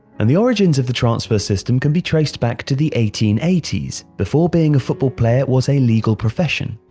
and the origins of the transfer system can be traced back to the eighteen eighty s, before being a football player was a legal profession.